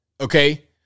Okay